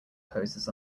poses